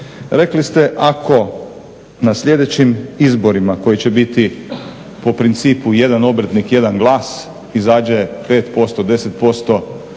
Rekli ste ako na sljedećim izborima koji će biti po principu jedan obrtnik-jedan glas, izađe 5%, 10%